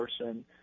person